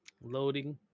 Loading